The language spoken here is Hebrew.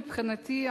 מבחינתי,